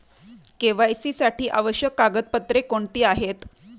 KYC साठी आवश्यक कागदपत्रे कोणती आहेत?